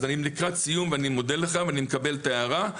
אני לקראת סיום ואני מודה לכם, אני מקבל את ההערה.